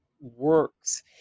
works